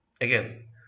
Again